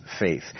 faith